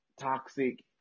toxic